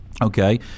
Okay